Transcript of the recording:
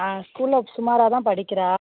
ஆ ஸ்கூலில் சுமாராகதான் படிக்கிறாள்